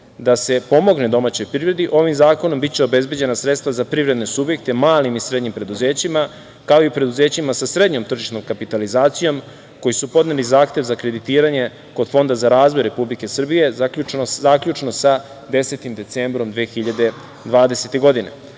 da se pomogne domaćoj privredi, ovim zakonom biće obezbeđena sredstva za privredne subjekte, malim i srednjim preduzećima, kao i preduzećima sa srednjom tržišnom kapitalizacijom koji su podneli zahtev za kreditiranje kod Fonda za razvoj Republike Srbije, zaključno sa 10. decembrom 2020. godine.